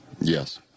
Yes